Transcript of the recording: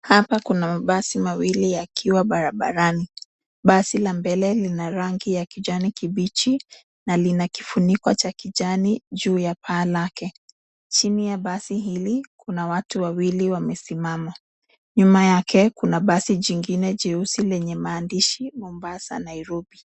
Hapa kuna mabasi mawili yakiwa barabarani, basi la mbele lina rangi ya kijani kibichi na lina kifuniko cha kijani, juu ya paa lake. Chini ya basi hili, kuna watu wawili wamesimama. Nyuma yake kuna basi jingine jeusi lenye maandishi Mombasa, Nairobi.